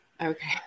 Okay